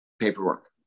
paperwork